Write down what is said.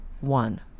one